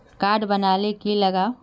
Card बना ले की लगाव?